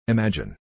Imagine